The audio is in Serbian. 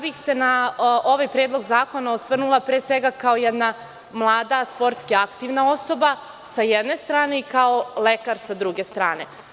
Na ovaj predlog zakona bi se osvrnula pre svega kao jedna mlada sportski aktivna osoba, sa jedne strane, i kao lekar sa druge strane.